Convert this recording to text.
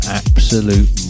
absolute